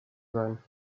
sein